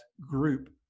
group